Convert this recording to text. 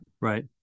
Right